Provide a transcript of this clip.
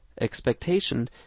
expectation